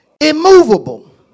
immovable